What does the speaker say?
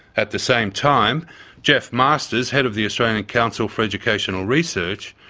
at the same time geoff masters, head of the australian and council for educational research,